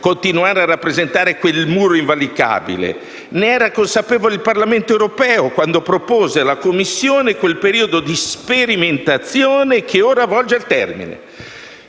non sarà definitivamente alle nostre spalle. Ne era consapevole il Parlamento europeo quando propose alla Commissione quel periodo di sperimentazione che ora volge al termine.